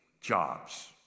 jobs